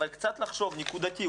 אבל קצת לחשוב נקודתי.